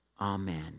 Amen